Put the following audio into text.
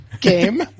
Game